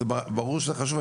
ברור שזה חשוב.